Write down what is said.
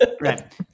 Right